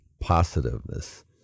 positiveness